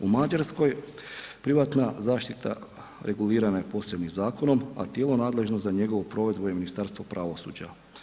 U Mađarskoj privatna zaštita regulirana je posebnim zakonom, a tijelo nadležno za njegovu provedbu je Ministarstvo pravosuđa.